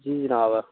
जी जनाब